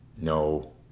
no